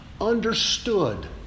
understood